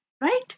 right